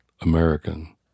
American